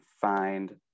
find